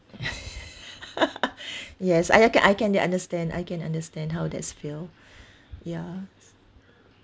yes I I can I can understand I can understand how that's feel ya